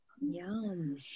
Yum